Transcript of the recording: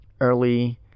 early